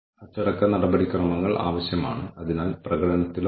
അവർ ചെയ്യുന്നത് അവർക്ക് ഇഷ്ടമാണോ